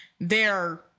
they're-